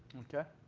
okay.